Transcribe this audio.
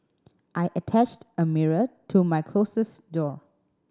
I attached a mirror to my closet door